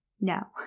no